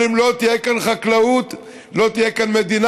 אבל אם לא תהיה כאן חקלאות לא תהיה פה מדינה,